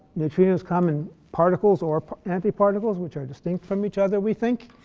neutrinos come in particles or anti-particles which are distinct from each other, we think.